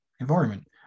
environment